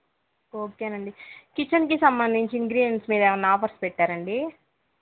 okay అండి కిచెన్కి సంబంధించి ఇంగ్రీడియన్స్ మీరు ఏమన్నా ఆఫర్స్ పెట్టారండి